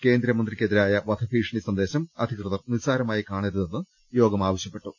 കേന്ദ്രമ ന്ത്രിക്കെതിരായ വധഭീഷണി സന്ദേശം അധികൃതർ നിസ്സാരമായി കാണരുതെന്ന് യോഗം ആവശ്യപ്പെട്ടു